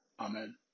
Amen